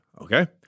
okay